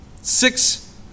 Six